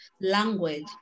language